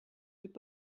would